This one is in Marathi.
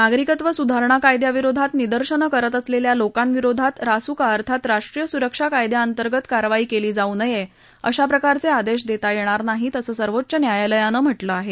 नागरिकत्व सुधारणा कायद्याविरोधात निदर्शनं करत असलेल्या लोकांविरोधात रासुका अर्थात राष्ट्रीय सुरक्षा कायद्याअंतर्गत कारवाई केली जाऊ नये अशा प्रकारचे आदेश देता येणार नाहीत असं सर्वोच्च न्यायालयानं म्हाळीं आहे